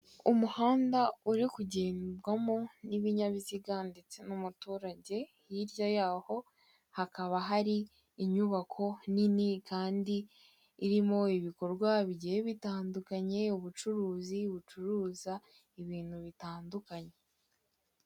Umuhanda uri kugendwamo n'ibinyabiziga ndetse n'umuturage, hirya yaho hakaba hari inyubako nini kandi irimo ibikorwa bigiye bitandukanye, ubucuruzi bucuruza ibintu bitandukanye.